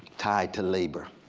tied to labor,